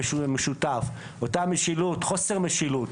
אותה משילות, חוסר משילות